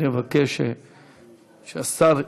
אני אבקש שהשר ייכנס.